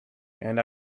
and